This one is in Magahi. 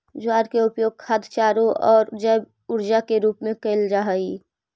ज्वार के उपयोग खाद्य चारों आउ जैव ऊर्जा के रूप में कयल जा हई